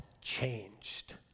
changed